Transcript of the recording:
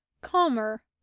calmer